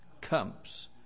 comes